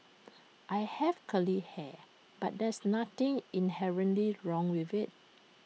I have curly hair but there's nothing inherently wrong with IT